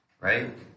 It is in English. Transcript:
right